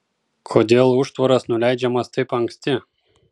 kodėl užtvaras nuleidžiamas taip anksti